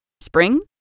Spring